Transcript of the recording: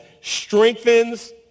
strengthens